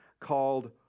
called